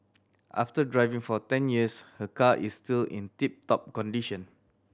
after driving for ten years her car is still in tip top condition